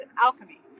alchemy